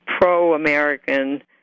pro-American